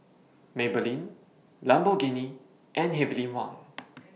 Maybelline Lamborghini and Heavenly Wang